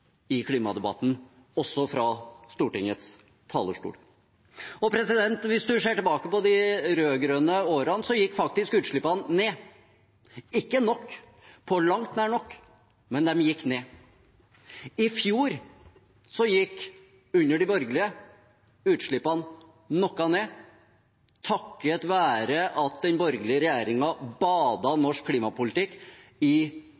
i klimadebatten også fra Stortingets talerstol. Hvis man ser tilbake på de rød-grønne årene, gikk faktisk utslippene ned – ikke nok, på langt nær nok, men de gikk ned. I fjor, under de borgerlige, gikk utslippene noe ned, takket være at den borgerlige regjeringen badet norsk klimapolitikk i